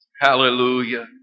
Hallelujah